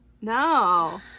No